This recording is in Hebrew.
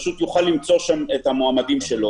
יוכל למצוא שם את המועמדים שלו.